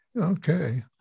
Okay